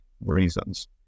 reasons